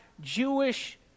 Jewish